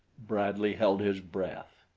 bradley held his breath.